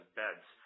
beds